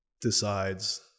decides